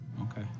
Okay